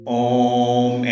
om